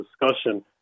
discussion